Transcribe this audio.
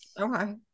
Okay